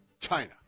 China